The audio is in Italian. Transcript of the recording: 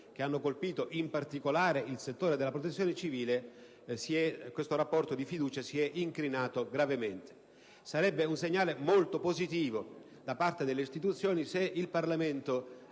che hanno colpito in particolare il settore della protezione civile, si è gravemente incrinato. Sarebbe un segnale molto positivo da parte delle istituzioni se il Parlamento